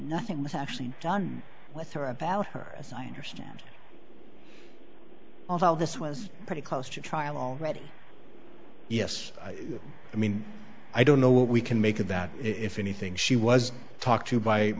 nothing was actually done with her about her as i understand although this was pretty close to trial ready yes i mean i don't know what we can make of that if anything she was talked to by